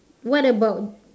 what about